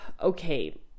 Okay